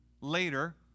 later